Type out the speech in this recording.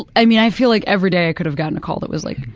i mean, i feel like every day i could have gotten a call that was like,